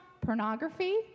pornography